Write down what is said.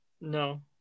No